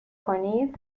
کنید